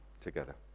together